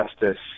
justice